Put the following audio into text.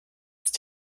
ist